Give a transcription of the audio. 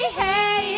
hey